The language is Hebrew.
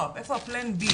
איפה תוכנית ב',